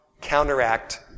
counteract